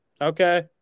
Okay